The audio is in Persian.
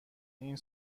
این